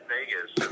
Vegas